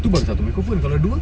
itu baru satu microphone kalau dua